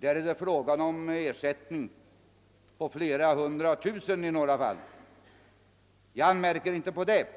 är det fråga om ersättning på flera hundra tusen kronor i några fall. Jag anmärker inte på det.